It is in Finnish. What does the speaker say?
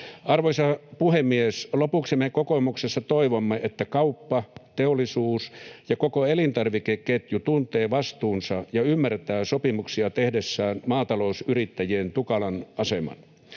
Arvoisa puhemies! Lopuksi me kokoomuksessa toivomme, että kauppa, teollisuus ja koko elintarvikeketju tuntevat vastuunsa ja ymmärtävät sopimuksia tehdessään maata-lousyrittäjien tukalan aseman.